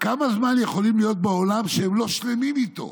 "כמה זמן הם יכולים להיות בעולם שהם לא שלמים איתו".